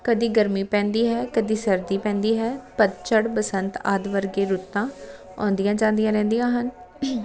ਕਦੇ ਗਰਮੀ ਪੈਂਦੀ ਹੈ ਕਦੇ ਸਰਦੀ ਪੈਂਦੀ ਹੈ ਪੱਤਝੜ ਬਸੰਤ ਆਦਿ ਵਰਗੇ ਰੁੱਤਾਂ ਆਉਂਦੀਆਂ ਜਾਂਦੀਆਂ ਰਹਿੰਦੀਆਂ ਹਨ